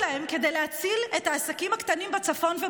עצרתי בחלק מהזמן.